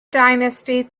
dynasty